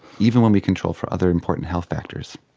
even when we control for other important health factors.